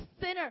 sinner